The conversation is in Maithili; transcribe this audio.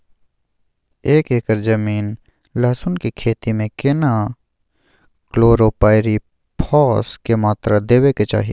एक एकर जमीन लहसुन के खेती मे केतना कलोरोपाईरिफास के मात्रा देबै के चाही?